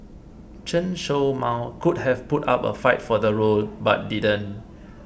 Chen Show Mao could have put up a fight for the role but didn't